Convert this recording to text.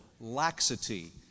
laxity